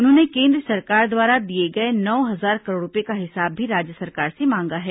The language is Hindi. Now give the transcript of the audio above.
उन्होंने केन्द्र सरकार द्वारा दिए गए नौ हजार करोड रूपए का हिसाब भी राज्य सरकार से मांगा है